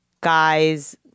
guys